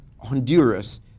Honduras